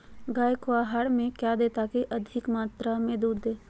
गाय को आहार में क्या दे ताकि अधिक मात्रा मे दूध दे?